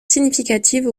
significative